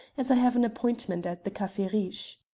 as i have an appointment at the cafe riche.